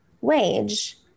wage